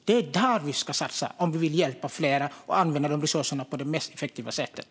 Det är där vi ska satsa om vi vill hjälpa fler och använda resurserna på det mest effektiva sättet.